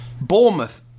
Bournemouth